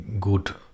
good